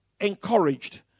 encouraged